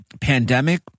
pandemic